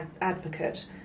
advocate